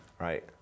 right